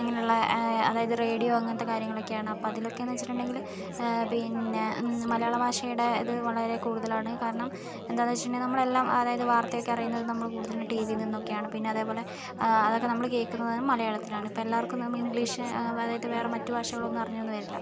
അങ്ങനെയുള്ള അതായത് റേഡിയോ അങ്ങനത്തെ കാര്യങ്ങളൊക്കെയാണ് അതിലൊക്കെ എന്ന് വെച്ചിട്ടുണ്ടെങ്കിൽ പിന്നെ മലയാള ഭാഷയുടെ അത് വളരെ കൂടുതലാണ് കാരണം എന്താണെന്ന് വെച്ചിട്ടുണ്ടെങ്കിൽ അതായത് നമ്മൾ എല്ലാം വാർത്തയൊക്കെ അറിയുന്നത് നമ്മൾ കൂടുതലും ടി വിയിൽ നിന്നൊക്കെയാണ് പിന്നെ അതേപോലെ അതൊക്കെ നമ്മൾ കേൾക്കുന്നത് മലയാളത്തിലാണ് ഇപ്പം എല്ലാവരും ഇംഗ്ലീഷ് വേറെ മറ്റു ഭാഷകൾ ഒന്നും അറിഞ്ഞുവെന്ന് വരില്ല